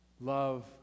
Love